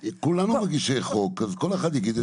אבל כולנו מגישי חוק, אז כל אחד יגיד את דעתו.